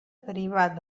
derivat